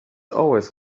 always